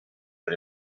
per